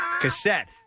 cassette